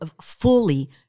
fully